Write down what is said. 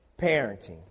parenting